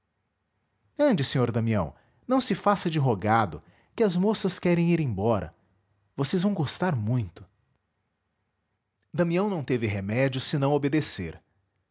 ande senhor damião não se faça de rogado que as moças querem ir embora vocês vão gostar muito damião não teve remédio senão obedecer